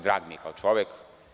Drag mi je kao čovek.